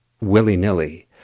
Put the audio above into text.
willy-nilly